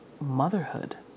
motherhood